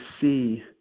see